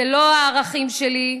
זה לא הערכים שלי,